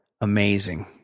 Amazing